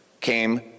came